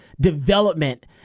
development